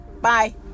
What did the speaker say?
bye